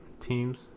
teams